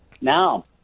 Now